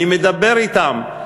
אני מדבר אתם,